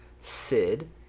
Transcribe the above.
Sid